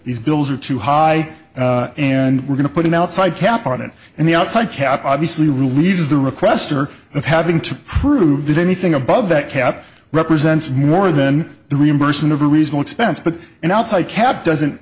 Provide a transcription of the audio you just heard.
these bills are too high and we're going to put them outside cap on it and the outside cap obviously relieves the requester of having to prove that anything above that cap represents more than the reimbursement of a reason expense but an outside cap doesn't